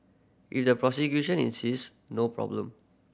if the prosecution insists no problem